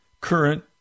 current